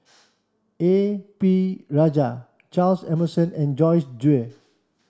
A P Rajah Charles Emmerson and Joyce Jue